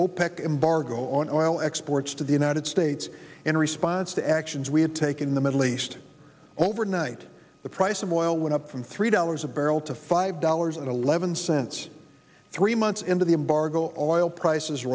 opec embargo on oil exports to the united states in response to actions we had taken in the middle east overnight the price of oil went up from three dollars a barrel to five dollars and eleven cents three months into the embargo on oil prices